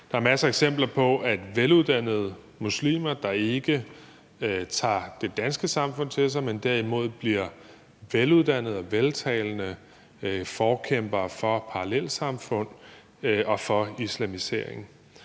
Der er masser af eksempler på veluddannede muslimer, der ikke tager det danske samfund til sig, men derimod bliver veluddannede og veltalende forkæmpere for parallelsamfund og for islamisering.